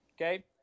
okay